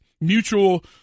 mutual